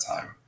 time